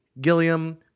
gilliam